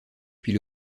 puis